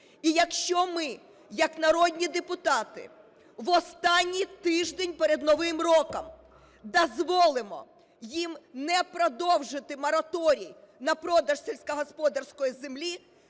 і якщо ми як народні депутати в останній тиждень перед Новим роком дозволимо їм не продовжити мораторій на продаж сільськогосподарської землі,